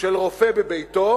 של רופא בביתו,